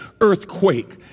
earthquake